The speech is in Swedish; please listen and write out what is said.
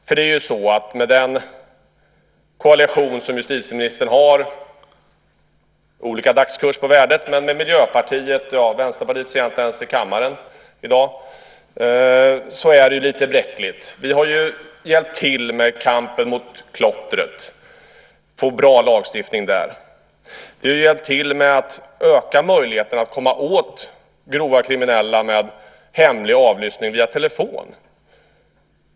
För det är ju så att med den koalition som justitieministern har, det är olika dagskurs på värdet, med Miljöpartiet och Vänsterpartiet, som jag inte ens ser i kammaren i dag, är det lite bräckligt. Vi har hjälpt till med kampen mot klottret för att få en bra lagstiftning där. Vi har hjälpt till att öka möjligheterna att komma åt grovt kriminella med hemlig avlyssning via telefon.